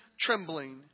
trembling